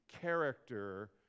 character